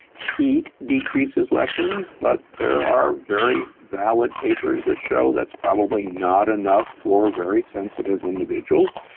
heat decreases lectins but there are very valid papers that show that's probably not enough for very sensitive individuals.